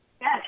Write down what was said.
Yes